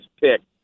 picked